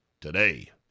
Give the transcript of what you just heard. today